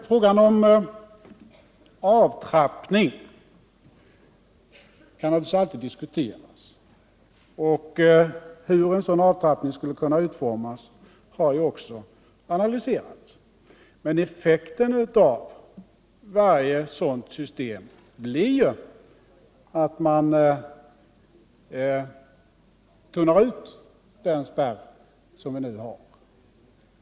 Frågan om avtrappning kan naturligtvis alltid diskuteras, och hur en sådan avtrappning skulle kunna utformas har ju också analyserats. Men effekten av varje sådant system blir att man tunnar ut den spärr som vi nu har.